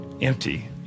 empty